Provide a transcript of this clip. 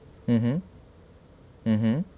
mmhmm mmhmm